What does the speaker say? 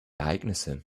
ereignisse